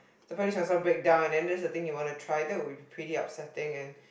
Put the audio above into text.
the public transport break down and then that is the thing that you want to try that will be pretty upsetting and